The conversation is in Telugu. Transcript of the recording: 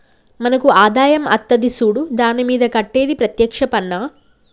మనకు ఆదాయం అత్తది సూడు దాని మీద కట్టేది ప్రత్యేక్ష పన్నా